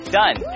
done